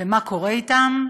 למה שקורה אתם,